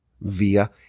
via